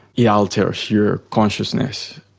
yeah alters your consciousness,